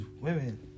women